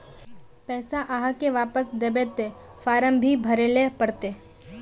पैसा आहाँ के वापस दबे ते फारम भी भरें ले पड़ते?